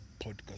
Podcast